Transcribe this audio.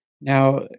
Now